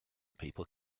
people